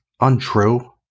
untrue